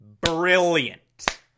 brilliant